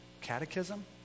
catechism